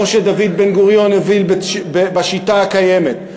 כמו שדוד בן-גוריון הוביל בשיטה הקיימת,